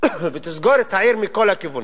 ותסגור את העיר מכל הכיוונים.